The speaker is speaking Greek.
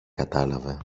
κατάλαβε